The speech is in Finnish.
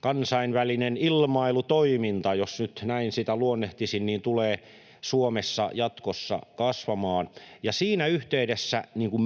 kansainvälinen ilmailutoiminta, jos nyt näin sitä luonnehtisi, tulee Suomessa jatkossa kasvamaan. Siinä yhteydessä niin kuin